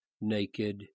naked